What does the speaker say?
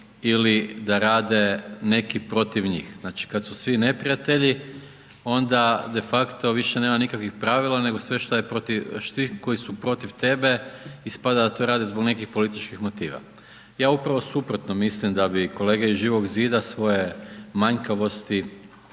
ili da rade neki protiv njih, znači kad su svi neprijatelji, onda de facto više nema nikakvih pravila nego sve šta je protiv tih koji su protiv tebe, ispada da to rade zbog nekih političkih motiva. Ja upravo suprotno mislim da bi kolege iz Živog zida svoje manjkavosti